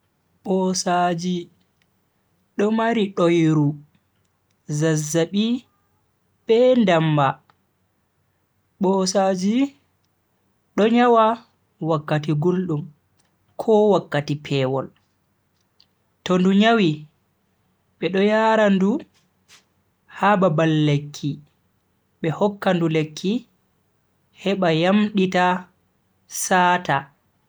Bosaji do mari doiru, zazzabi be ndamba. bosaaji do nyawa wakkati guldum ko wakkati pewol, to ndu nyawi bedo yara ndu ha babal lekki be hokka ndu lekki heba yamdita sata.